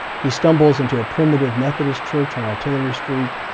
he stumbles into a primitive methodist church, on artillery street.